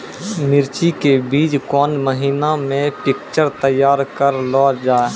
मिर्ची के बीज कौन महीना मे पिक्चर तैयार करऽ लो जा?